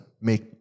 make